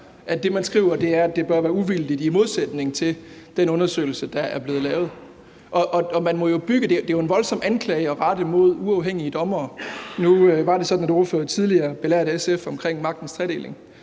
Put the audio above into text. at det, man skriver, er, at det bør være uvildigt i modsætning til den undersøgelse, der er blevet lavet. Det er jo en voldsom anklage at rette imod uafhængige dommere. Nu er det sådan, at ordføreren tidligere belærte SF om magtens tredeling,